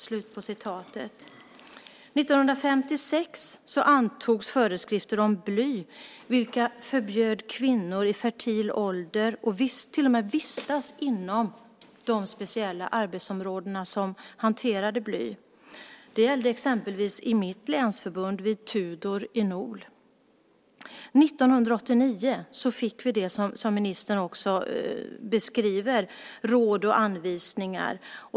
1956 antogs föreskrifter om bly som förbjöd kvinnor i fertil ålder att till och med vistas inom de speciella arbetsområden där bly hanterades. Det gällde exempelvis i mitt länsförbund vid Tudor i Nol. 1989 fick vi det som ministern också beskriver, råd och anvisningar.